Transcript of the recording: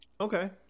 Okay